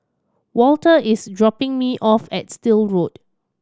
Walter is dropping me off at Still Road